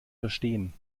verstehen